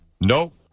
Nope